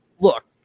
look